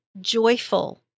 joyful